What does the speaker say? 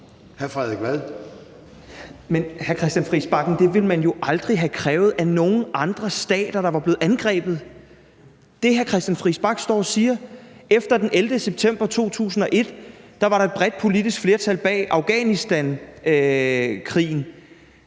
Frederik Vad (S): Men, hr. Christian Friis Bach, det ville man jo aldrig have krævet af nogen andre stater, der var blevet angrebet. Efter den 11. september 2001 var der et bredt politisk flertal bag afghanistankrigen.